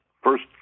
first